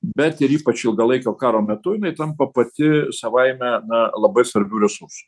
bet ir ypač ilgalaikio karo metu jinai tampa pati savaime labai svarbiu resursu